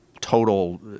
total